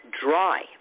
dry